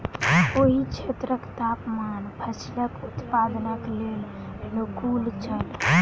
ओहि क्षेत्रक तापमान फसीलक उत्पादनक लेल अनुकूल छल